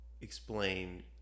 explain